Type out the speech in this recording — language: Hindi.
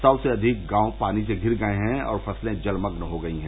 सौ से अधिक गांव पानी से धिर गये हैं और फसलें जलमग्न हो गई हैं